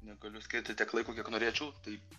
negaliu skirti tiek laiko kiek norėčiau tai